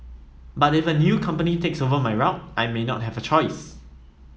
but if a new company takes over my route I may not have a choice